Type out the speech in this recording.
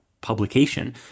publication